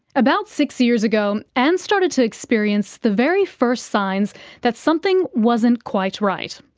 about six years ago, ann started to experience the very first signs that something wasn't quite right.